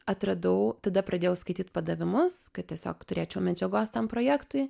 atradau tada pradėjau skaityt padavimus kad tiesiog turėčiau medžiagos tam projektui